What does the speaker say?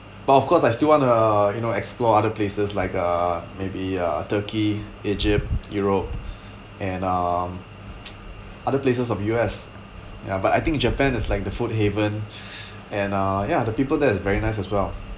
but of course I still wanna you know explore other places like uh maybe uh turkey egypt europe and um other places of U_S ya but I think japan is like the food haven and uh ya the people there is very nice as well